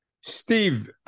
Steve